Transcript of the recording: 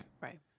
Right